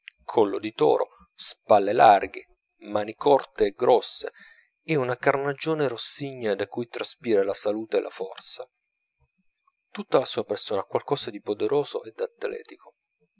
di toro spalle larghe mani corte e grosse e una carnagione rossigna da cui traspira la salute e la forza tutta la sua persona ha qualcosa di poderoso e d'atletico